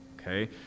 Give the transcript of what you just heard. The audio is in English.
okay